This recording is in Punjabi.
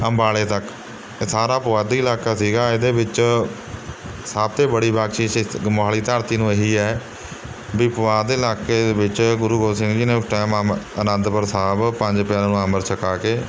ਅੰਬਾਲੇ ਤੱਕ ਇਹ ਸਾਰਾ ਪੁਆਧੀ ਇਲਾਕਾ ਸੀਗਾ ਇਹਦੇ ਵਿੱਚ ਸਭ ਤੋਂ ਬੜੀ ਬਖਸ਼ਿਸ਼ ਇਸ ਮੋਹਾਲੀ ਧਰਤੀ ਨੂੰ ਇਹੀ ਹੈ ਵੀ ਪੁਆਧ ਦੇ ਇਲਾਕੇ ਵਿੱਚ ਗੁਰੂ ਗੋਬਿੰਦ ਸਿੰਘ ਜੀ ਨੇ ਉਸ ਟਾਈਮ ਆਨੰਦਪੁਰ ਸਾਹਿਬ ਪੰਜ ਪਿਆਰਿਆਂ ਨੂੰ ਅੰਮ੍ਰਿਤ ਛਕਾ ਕੇ